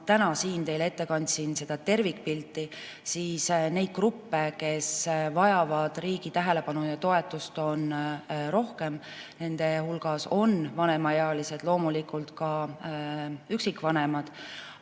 kandsin teile ette seda tervikpilti, siis neid gruppe, kes vajavad riigi tähelepanu ja toetust, on rohkem. Nende hulgas on vanemaealised, loomulikult ka üksikvanemad.